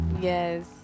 Yes